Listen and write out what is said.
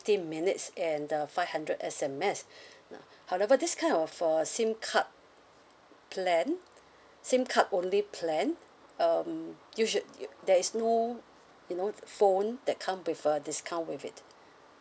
minutes and uh five hundred S_M_S n~ however this kind of uh SIM card plan SIM card only plan um you should y~ there is no you know phone that come with a discount with it